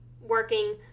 working